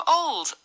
old